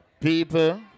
people